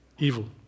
Evil